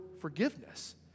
forgiveness